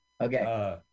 Okay